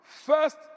first